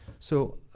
so,